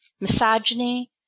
misogyny